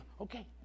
okay